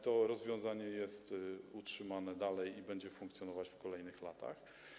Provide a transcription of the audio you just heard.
To rozwiązanie jest utrzymane i będzie funkcjonować w kolejnych latach.